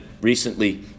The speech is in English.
recently